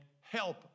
help